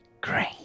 Great